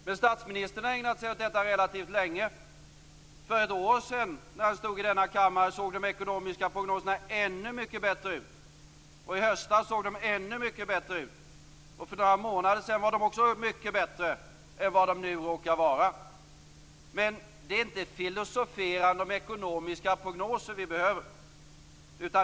Men statsministern har ägnat sig åt detta relativt länge. För ett år sedan när vi stod i denna kammare såg de ekonomiska prognoserna ännu mycket bättre ut, i höstas såg de ännu mycket bättre ut och för några månader sedan var de också mycket bättre än vad de nu råkar vara. Men det är inte filosoferande om ekonomiska prognoser som vi behöver.